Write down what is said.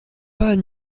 pas